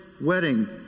wedding